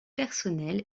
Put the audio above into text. personnel